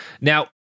Now